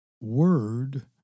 word